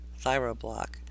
thyroblock